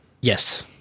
Yes